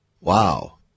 Wow